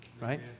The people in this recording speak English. right